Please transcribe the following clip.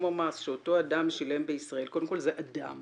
המס שאותו אדם שילם בישראל" קודם כל זה אדם